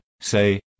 say